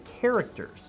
characters